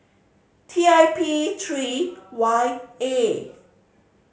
T I P three Y A